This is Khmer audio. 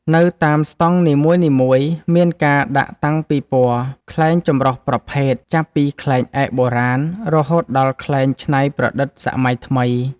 នៅតាមស្ដង់នីមួយៗ មានការដាក់តាំងពិព័រណ៍ខ្លែងចម្រុះប្រភេទ ចាប់ពីខ្លែងឯកបុរាណ រហូតដល់ខ្លែងច្នៃប្រឌិតសម័យថ្មី។